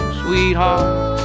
sweetheart